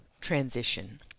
transition